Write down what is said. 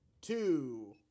two